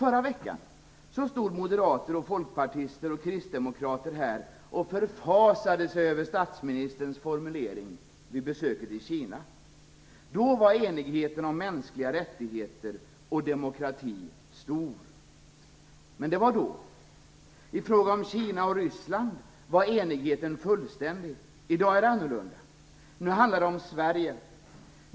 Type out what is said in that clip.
Förra veckan stod moderater, folkpartister och kristdemokrater här och förfasade sig över statsministerns formulering vid besöket i Kina. Då var enigheten om mänskliga rättigheter och demokrati stor. Men det var då. I fråga om Kina och Ryssland var enigheten fullständig. I dag är det annorlunda. Nu handlar det om Sverige.